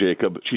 Jacob